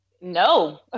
No